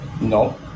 no